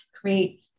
create